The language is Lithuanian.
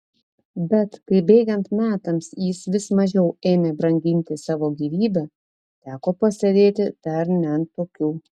bet kai bėgant metams jis vis mažiau ėmė branginti savo gyvybę teko pasėdėti dar ne ant tokių